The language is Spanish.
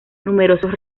numerosos